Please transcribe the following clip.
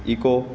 echo